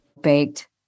baked